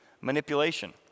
manipulation